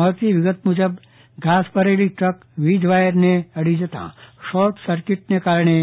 મળતી વિગતો મુજબ ઘાસ ભરેલી ટ્રક વીજવાયરને અડી જતા શોર્ટ સર્કીટને કારણે